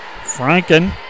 Franken